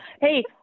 Hey